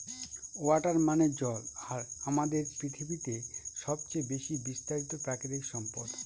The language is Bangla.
ওয়াটার মানে জল আর আমাদের পৃথিবীতে সবচেয়ে বেশি বিস্তারিত প্রাকৃতিক সম্পদ